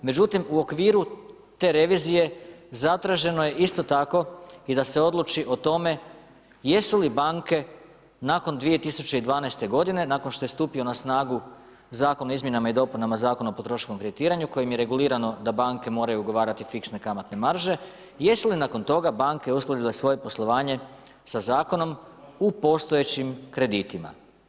Međutim u okviru te revizije zatraženo je isto tako i da se odluči o tome jesu li banke nakon 2012. godine nakon što je stupio na snagu Zakon o Izmjenama i dopunama Zakona o potrošačkom kreditiranju kojim je regulirano da banke moraju ugovarati fiksne kamatne marže, jesu li nakon toga banke uskladile svoje poslovanje sa zakonom u postojećim kreditima.